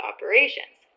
Operations